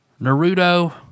Naruto